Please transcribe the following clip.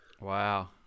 Wow